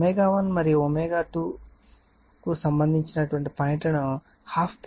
కాబట్టి ω1 మరియు ω2 కు సంబంధించిన పాయింట్లను హాఫ్ పవర్ పాయింట్స్ అంటారు